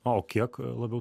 o kiek labiau ta